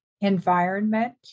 environment